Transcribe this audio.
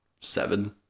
seven